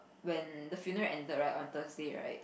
when the funeral ended right on Thursday right